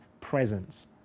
presence